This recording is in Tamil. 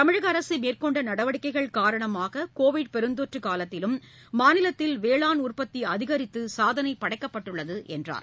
தமிழக அரசு மேற்கொண்ட நடவடிக்கைகள் காரணமாக கோவிட் பெருந்தொற்று காலத்திலும் மாநிலத்தில் வேளான் உற்பத்தி அதிகரித்து சாதனை படைக்கப்பட்டுள்ளது என்றார்